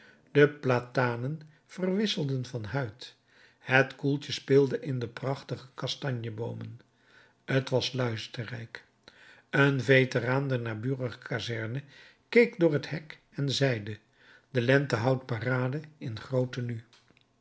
de platanen verwisselden van huid het koeltje speelde in de prachtige kastanjeboomen t was luisterrijk een veteraan der naburige kazerne keek door het hek en zeide de lente houdt parade in groot tenue